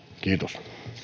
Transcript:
kiitos